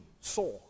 saw